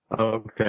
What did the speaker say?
Okay